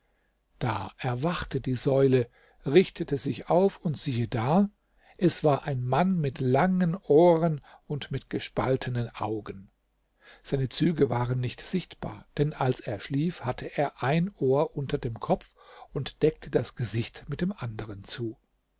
da erwachte die säule richtete sich auf und siehe da es war ein mann mit langen ohren und mit gespaltenen augen seine züge waren nicht sichtbar denn als er schlief hatte er ein ohr unter dem kopf und deckte das gesicht mit dem anderen zu